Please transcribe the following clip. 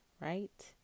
right